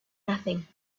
nothing